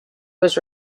was